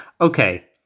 Okay